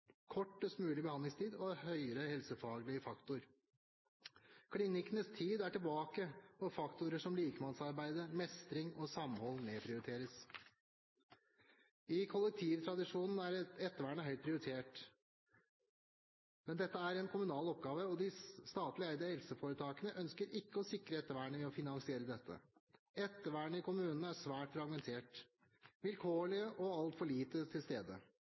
kortest mulig behandlingstid og høyere helsefaglig faktor. Klinikkenes tid er tilbake, og faktorer som likemannsarbeid, mestring og samhold nedprioriteres. I kollektivtradisjonen er ettervernet høyt prioritert. Men dette er en kommunal oppgave, og de statlig eide helseforetakene ønsker ikke å sikre ettervernet ved å finansiere dette. Ettervernet i kommunene er svært fragmentert, vilkårlig og altfor lite